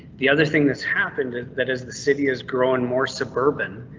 the other thing that's happened that is the city is growing more suburban